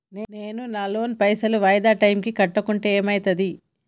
నేను నా లోన్ పైసల్ వాయిదా టైం కి కట్టకుంటే ఏమైతది?